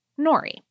nori